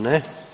Ne.